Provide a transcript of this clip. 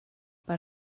per